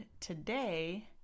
today